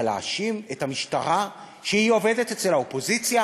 אבל להאשים את המשטרה שהיא עובדת אצל האופוזיציה?